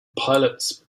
pilots